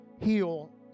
heal